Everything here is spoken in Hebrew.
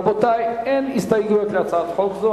רבותי, אין הסתייגויות להצעת חוק זו.